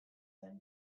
zen